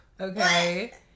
Okay